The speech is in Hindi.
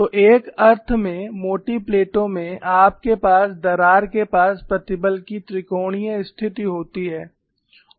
तो एक अर्थ में मोटी प्लेटों में आपके पास दरार के पास प्रतिबल की त्रिकोणीय स्थिति होती है